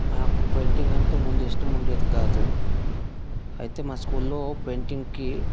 మాకు పెయింటింగ్ అంటే ముందు ఇష్టం ఉండేది కాదు అయితే మా స్కూల్లో పెయింటింగ్కి